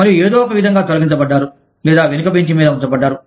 మరియు ఏదో ఒకవిధంగా తొలగించబడ్డారు లేదా వెనుక బెంచ్ మీద ఉంచబడ్డారు